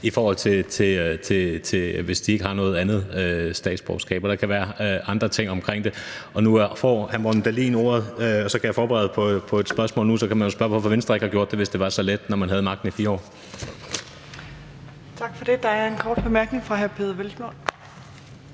folk, hvis de ikke har noget andet statsborgerskab. Og der kan være andre ting omkring det. Nu får hr. Morten Dahlin ordet, og så kan jeg forberede ham på et spørgsmål nu, nemlig at man jo kunne spørge, hvorfor Venstre ikke har gjort det, hvis det var så let, da man havde magten i 4 år. Kl. 18:44 Fjerde næstformand (Trine Torp): Tak for det. Der er en kort bemærkning fra hr. Peder Hvelplund.